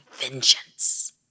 vengeance